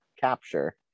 capture